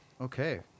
Okay